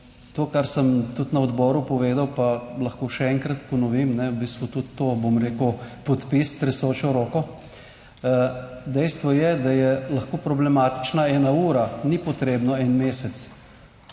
To kar sem tudi na odboru povedal, pa lahko še enkrat ponovim v bistvu tudi to, bom rekel, podpis tresočo roko, dejstvo je, da je lahko problematična 1 ura, ni potrebno en mesec.